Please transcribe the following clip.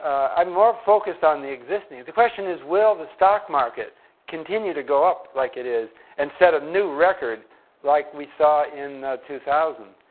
i'm more focused on the existing. if the question is, will the stock market continue to go up like it is and set a new record like we saw in two thousand?